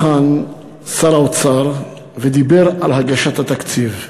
היום עלה לכאן שר האוצר ודיבר על הגשת התקציב.